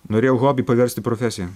norėjau hobį paverst į profesiją